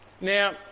Now